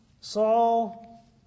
Saul